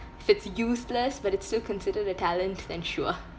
if it's useless but it's still considered a talent then sure